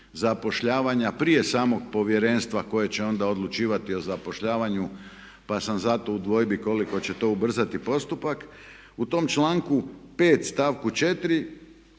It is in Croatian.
zapošljavanja prije samog povjerenstva koje će onda odlučivati o zapošljavanju pa sam zato u dvojbi koliko će to ubrzati postupak. U tom članku 5. stavku 4.